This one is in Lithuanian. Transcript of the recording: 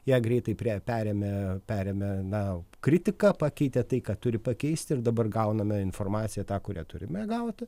ją greitai priėjo perėmė perėmė na kritiką pakeitė tai ką turi pakeisti ir dabar gauname informaciją tą kurią turime gauti